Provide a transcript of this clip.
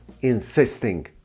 insisting